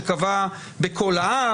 שקבע ב"קול העם",